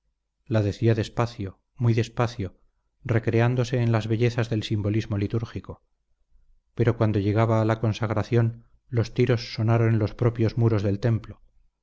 la decía despacio muy despacio recreándose en las bellezas del simbolismo litúrgico pero cuando llegaba a la consagración los tiros sonaron en los propios muros del templo